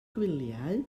gwyliau